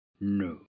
No